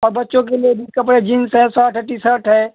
और बच्चों के लिये जिन कपड़े जींस है सर्ट है टिसर्ट है